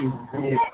جی